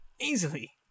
Easily